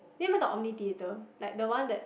do you remember the Omni Theatre like the one that